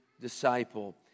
Disciple